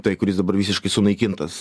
tai kuris dabar visiškai sunaikintas